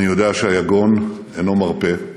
אני יודע שהיגון אינו מרפה.